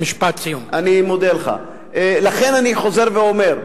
אני חוזר ואומר: